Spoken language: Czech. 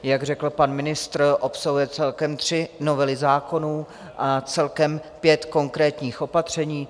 Jak řekl pan ministr, obsahuje celkem tři novely zákonů a celkem pět konkrétních opatření.